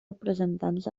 representants